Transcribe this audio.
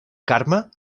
carme